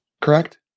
Correct